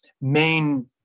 main